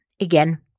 again